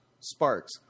Sparks